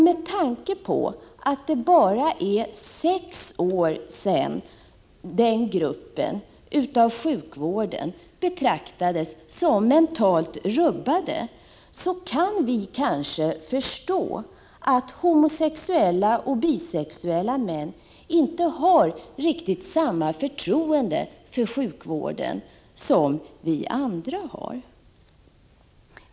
Med tanke på att det bara är sex år sedan den gruppen av sjukvården betraktades som mentalt rubbade, kan vi kanske förstå att homosexuella och bisexuella män inte har riktigt samma förtroende för sjukvården som vi andra har.